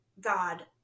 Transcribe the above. God